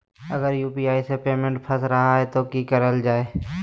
अगर यू.पी.आई से पेमेंट फस रखा जाए तो की करल जाए?